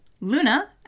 Luna